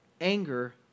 anger